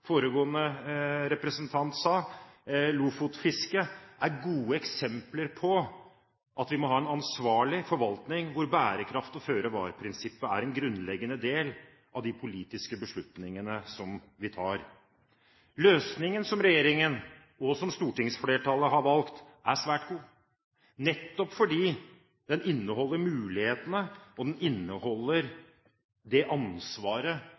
foregående representant sa, lofotfisket, er gode eksempler på at vi må ha en ansvarlig forvaltning der bærekraft og føre-var-prinsippet er en grunnleggende del av de politiske beslutningene som vi tar. Løsningen som regjeringen og stortingsflertallet har valgt, er svært god, nettopp fordi den inneholder det ansvaret